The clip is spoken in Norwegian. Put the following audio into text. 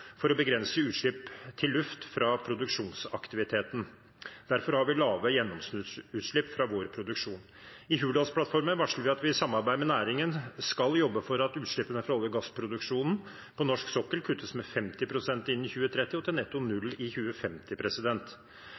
for å begrense utslipp til luft fra produksjonsaktiviteten. Derfor har vi lave gjennomsnittsutslipp fra vår produksjon. I Hurdalsplattformen varsler vi at vi i samarbeid med næringen skal jobbe for at utslippene fra olje- og gassproduksjonen på norsk sokkel kuttes med 50 pst. innen 2030 og til netto null i 2050.